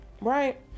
Right